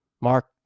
Mark